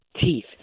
teeth